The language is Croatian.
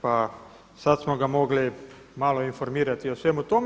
Pa sada smo ga mogli malo informirati o svemu tome.